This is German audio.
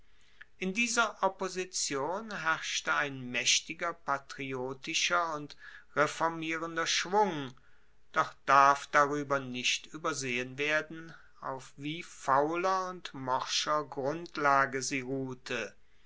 in dieser opposition herrschte ein maechtiger patriotischer und reformierender schwung doch darf darueber nicht uebersehen werden auf wie fauler und morscher grundlage sie ruhte